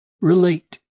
relate